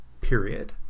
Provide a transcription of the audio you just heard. period